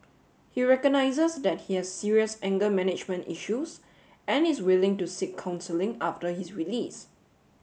he recognizes that he has serious anger management issues and is willing to seek counselling after his release